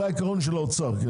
זה העיקרון של האוצר.